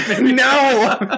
No